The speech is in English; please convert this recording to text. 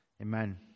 Amen